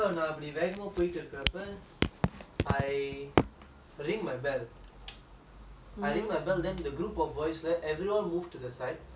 I ring my bell I ring my bell then the group of boys right everyone moved to the side except for one guy